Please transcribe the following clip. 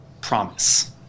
promise